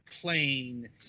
plane